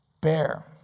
bear